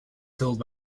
filled